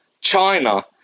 China